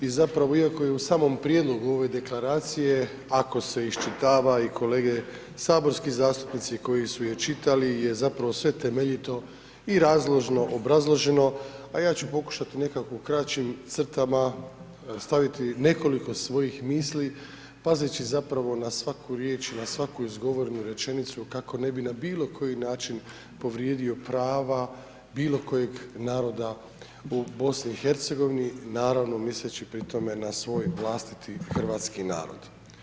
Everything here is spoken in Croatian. I zapravo iako je i u samom prijedlogu ove Deklaracije ako se iščitava i kolege saborski zastupnici koji su je čitali je zapravo sve temeljito i razložno obrazloženo a ja ću pokušati nekako u kraćim crtama staviti nekoliko svojih misli pazeći zapravo na svaku riječ i na svaku izgovorenu rečenicu kako ne bi na bilo koji način povrijedio prava bilo kojeg naroda u BiH naravno misleći pri tome na svoj vlastiti hrvatski narod.